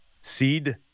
seed